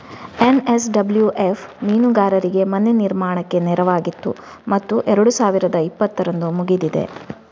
NSWF ಮೀನುಗಾರರಿಗೆ ಮನೆ ನಿರ್ಮಾಣಕ್ಕೆ ನೆರವಾಗಿತ್ತು ಮತ್ತು ಎರಡು ಸಾವಿರದ ಇಪ್ಪತ್ತರಂದು ಮುಗಿದಿದೆ